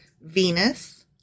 Venus